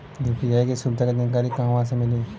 UPI के सुविधा के जानकारी कहवा से मिली?